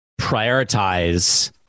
prioritize